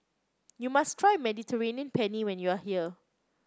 you must try Mediterranean Penne when you are here